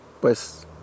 pues